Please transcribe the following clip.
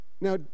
Now